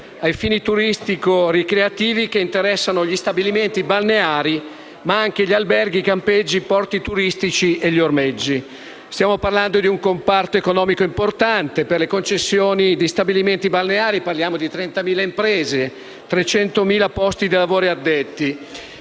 a fini turistico-ricreativi, che interessano gli stabilimenti balneari, ma anche gli alberghi, i campeggi, i porti turistici e gli ormeggi. Stiamo parlando di un comparto economico importante: per le concessioni di stabilimenti balneari parliamo infatti di circa 30.000 imprese, con 300.000 posti di lavoro diretti.